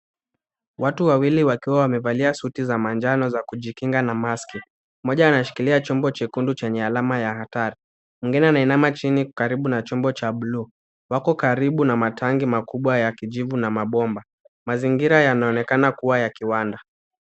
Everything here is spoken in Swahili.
Watu wawili wakiwa wamevalia suti za manjano za kujikinga na maski. Mmoja anashikilia chombo chekundu chenye alama ya hatari mwingine anainama chini karibu na chombo cha bluu. Wako karibu na matanki makubwa ya kijivu na mabomba. Mazingira yanaonekana kuwa ya kiwanda.